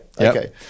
okay